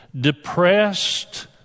depressed